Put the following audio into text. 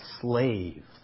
slave